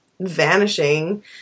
vanishing